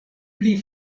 pli